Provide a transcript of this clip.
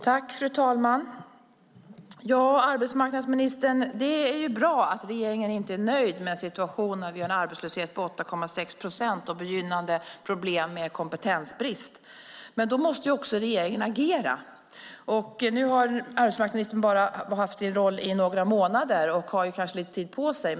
Fru talman! Det är bra att regeringen inte är nöjd med att vi har en arbetslöshet på 8,6 procent och problem med kompetensbrist, arbetsmarknadsministern. Då måste regeringen också agera. Nu har arbetsmarknadsministern bara haft sin roll i några månader och har kanske lite tid på sig.